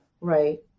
Right